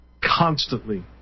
constantly